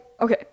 okay